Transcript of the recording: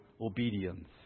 obedience